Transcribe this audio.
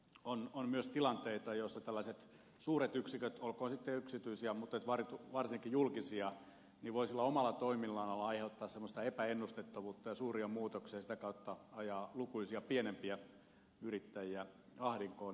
sitten on myös tilanteita joissa tällaiset suuret yksiköt olkoot sitten yksityisiä mutta varsinkin julkisia voivat omalla toiminnallaan aiheuttaa semmoista epäennustettavuutta ja suuria muutoksia ja sitä kautta ajaa lukuisia pienempiä yrittäjiä ahdinkoon